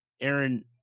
Aaron